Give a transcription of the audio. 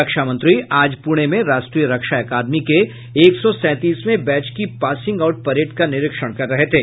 रक्षामंत्री आज पुणे में राष्ट्रीय रक्षा अकादमी के एक सौ सैंतीसवें बैच की पासिंग आउट परेड का निरीक्षण कर रहे थे